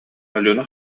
алена